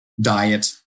diet